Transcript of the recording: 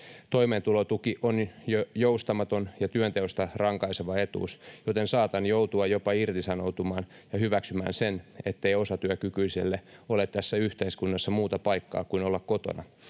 Toimeentulotuki on jo joustamaton ja työnteosta rankaiseva etuus, joten saatan joutua jopa irtisanoutumaan ja hyväksymään sen, ettei osatyökykyiselle ole tässä yhteiskunnassa muuta paikkaa kuin olla kotona